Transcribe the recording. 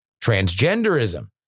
transgenderism